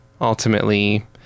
ultimately